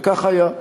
וכך היה.